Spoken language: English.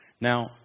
Now